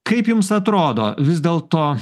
kaip jums atrodo vis dėlto